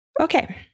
Okay